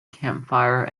campfire